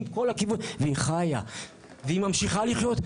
והיא ממשיכה לחיות,